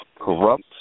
corrupt